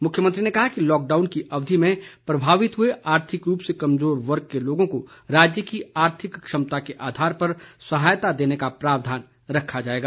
मुख्यमंत्री ने कहा कि लॉकडाउन की अवधि में प्रभावित हुए आर्थिक रूप से कमज़ोर वर्ग के लोगों को राज्य की आर्थिक क्षमता के आधार पर सहायता देने का प्रावधान रखा जाएगा